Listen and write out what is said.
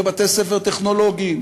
לבתי-ספר טכנולוגיים,